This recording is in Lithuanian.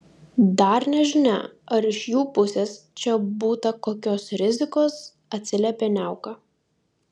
dar nežinia ar iš jų pusės čia būta kokios rizikos atsiliepė niauka